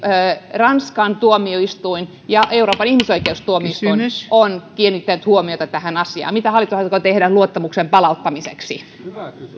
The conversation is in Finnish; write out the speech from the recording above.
ranskan tuomioistuin ja euroopan ihmisoikeustuomioistuin on kiinnittänyt huomiota tähän asiaan mitä hallitus aikoo tehdä luottamuksen palauttamiseksi